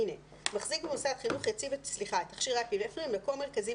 "מחזיק מוסד חינוך יציב את תכשיר האפינפרין במקום מרכזי